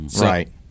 Right